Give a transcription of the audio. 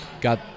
got